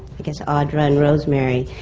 i guess audra and rosemary,